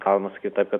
galima sakyt tą kad